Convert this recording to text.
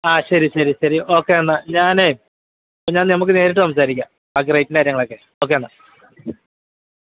ആ ശരി ശരി ശരി ഓക്കെ എന്നാൽ ഞാനേ ഞാൻ നമുക്ക് നേരിട്ട് സംസാരിക്കാം ബാക്കി റേറ്റിൻ്റെ കാര്യങ്ങളൊക്കെ ഓക്കെ എന്നാൽ